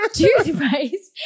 Toothpaste